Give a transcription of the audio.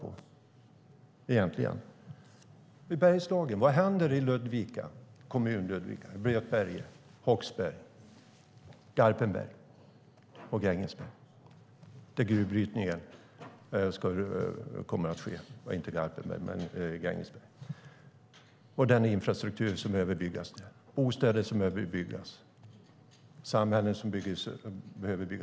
Vad händer i Bergslagen, i Ludvika kommun, i Blötberget, i Håksberg och i Grängesberg där det kommer att ske gruvbrytning och där samhällena behöver byggas upp med infrastruktur och bostäder?